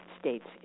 states